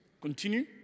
Continue